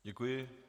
Děkuji.